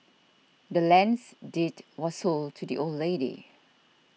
the land's deed was sold to the old lady